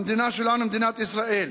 המדינה שלנו, מדינת ישראל,